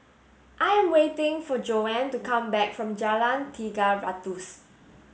I am waiting for Joanne to come back from Jalan Tiga Ratus